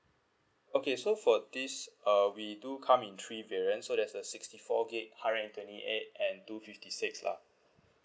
okay so for this uh we do come in three variance so there's the sixty four gig hundred and twenty eight and two fifty six lah